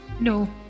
No